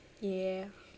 ya